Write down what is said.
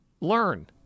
Learn